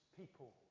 people